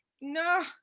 no